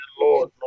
Lord